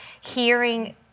hearing